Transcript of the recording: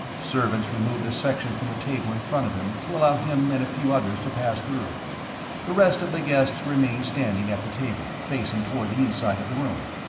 servants removed a section from the table in front of him, to allow him and a few others to pass through the rest of the guests remained standing at the table, facing toward the inside of the room.